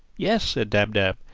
yes, said dab-dab,